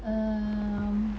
um